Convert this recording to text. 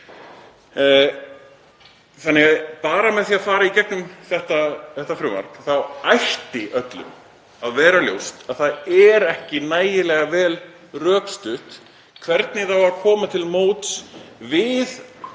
nauðsyn. Bara með því að fara í gegnum þetta frumvarp þá ætti öllum að vera ljóst að það er ekki nægilega vel rökstutt hvernig það á að koma til móts við